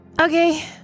Okay